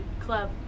club –